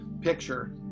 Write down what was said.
picture